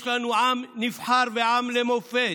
יש לנו עם נבחר ועם למופת.